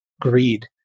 Greed